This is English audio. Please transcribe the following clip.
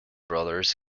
brothers